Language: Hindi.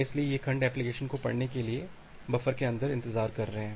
इसलिए ये खंड एप्लिकेशन को पढ़ने के लिए बफर के अंदर इंतजार कर रहे हैं